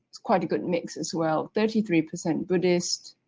it's quite a good mix as well. thirty three percent buddhists,